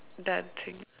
dancing